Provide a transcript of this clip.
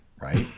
Right